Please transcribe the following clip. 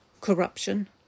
corruption